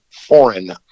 Foreign